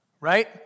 right